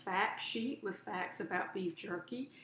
fact sheet with facts about beef jerky.